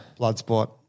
Bloodsport